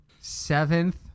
Seventh